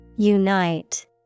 Unite